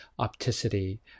Opticity